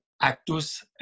actus